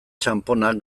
txanponak